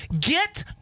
Get